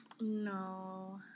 No